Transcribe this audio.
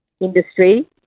industry